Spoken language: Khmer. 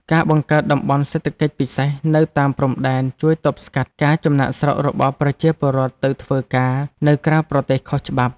ការបង្កើតតំបន់សេដ្ឋកិច្ចពិសេសនៅតាមព្រំដែនជួយទប់ស្កាត់ការចំណាកស្រុករបស់ប្រជាពលរដ្ឋទៅធ្វើការនៅក្រៅប្រទេសខុសច្បាប់។